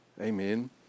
Amen